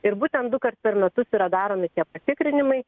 ir būtent dukart per metus yra daromi tie patikrinimai